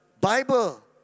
Bible